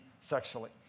sexually